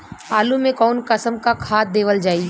आलू मे कऊन कसमक खाद देवल जाई?